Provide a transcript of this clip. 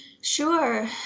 Sure